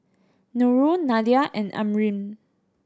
Nurul Nadia and Amrin